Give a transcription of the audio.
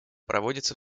проводится